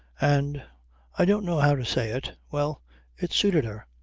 and i don't know how to say it well it suited her.